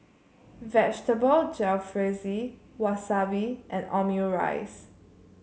Vegetable Jalfrezi Wasabi and Omurice